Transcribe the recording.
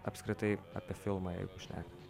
apskritai apie filmą jeigu šnekant